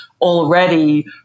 already